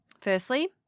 Firstly